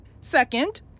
Second